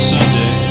Sunday